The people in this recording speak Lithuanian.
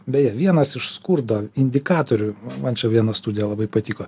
beje vienas iš skurdo indikatorių man čia viena studija labai patiko